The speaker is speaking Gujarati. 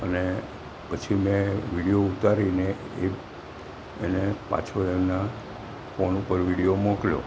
અને પછી મેં વિડીયો ઉતારીને એ એને પાછો એમના ફોન ઉપર વિડીયો મોકલ્યો